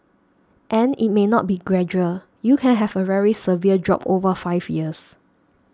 and it may not be gradual you can have a very severe drop over five years